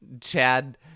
Chad